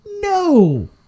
No